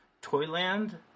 Toyland